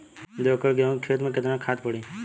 दो एकड़ गेहूँ के खेत मे केतना खाद पड़ी?